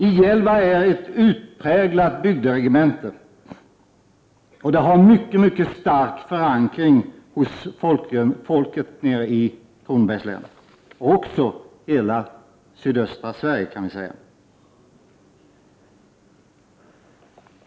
I 11 är ett utpräglat bygderegemente, och det har mycket stark förankring hos folket i Kronobergs län — ja, i hela sydöstra Sverige, kan man säga.